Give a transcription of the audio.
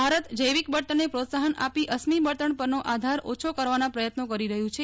ભારત જૈવિક બળતશને પ્રોત્સાહન આપી અશ્મિ બળતણ પરનો આધાર ઓછો કરવાના પ્રયત્નો કરી રહ્યૂં છે